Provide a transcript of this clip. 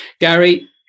Gary